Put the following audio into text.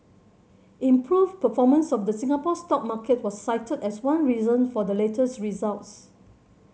improved performance of the Singapore stock market was cited as one reason for the latest results